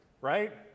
right